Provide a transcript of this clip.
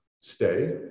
stay